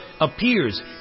appears